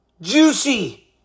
Juicy